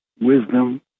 wisdom